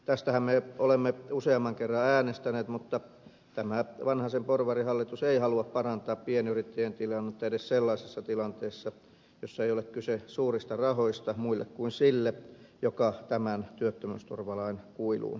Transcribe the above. tästähän me olemme useamman kerran äänestäneet mutta tämä vanhasen porvarihallitus ei halua parantaa pienyrittäjien tilannetta edes sellaisessa tilanteessa jossa ei ole kyse suurista rahoista muille kuin sille joka tämän työttömyysturvalain kuiluun tipahtaa